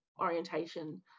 orientation